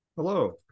Hello